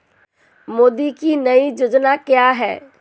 मोदी की नई योजना क्या है?